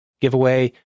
giveaway